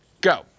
go